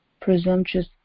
presumptuous